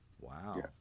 Wow